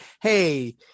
hey